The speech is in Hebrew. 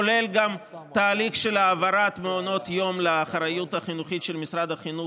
כולל תהליך של העברת מעונות יום לאחריות החינוכית של משרד החינוך,